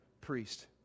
priest